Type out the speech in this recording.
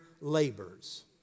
labors